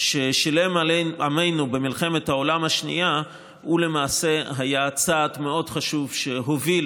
ששילם עמנו במלחמת העולם השנייה למעשה היה צעד מאוד חשוב שהוביל